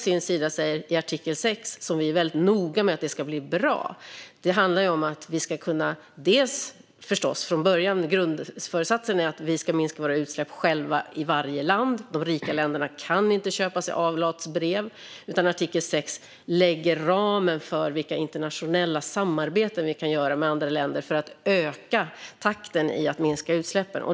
Vi är mycket noga med att genomförandet av Parisavtalets artikel 6 ska bli bra. Grundföresatsen är att vi själva i varje land ska minska våra utsläpp. De rika länderna kan inte köpa avlatsbrev, utan artikel 6 lägger fast ramen för vilka internationella samarbeten vi kan ha med andra länder för att öka takten när det gäller att minska utsläppen.